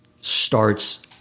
starts